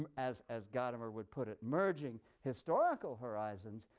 um as as gadamer would put it, merging historical horizons.